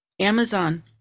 Amazon